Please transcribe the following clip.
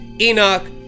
enoch